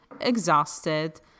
exhausted